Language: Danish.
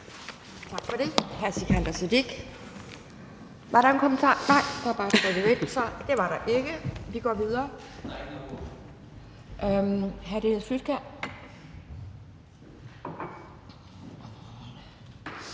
man for det